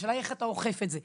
השאלה איך אתה אוכף את זה.